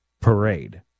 parade